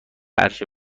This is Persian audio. عرشه